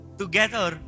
together